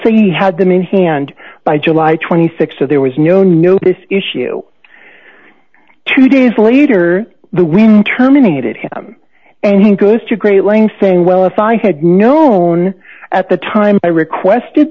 say he had them in hand by july th so there was no notice issue two days later the wind terminated him and he goes to great lengths saying well if i had known at the time i requested